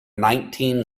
nineteen